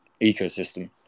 ecosystem